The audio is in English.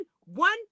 one